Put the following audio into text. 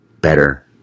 better